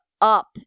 up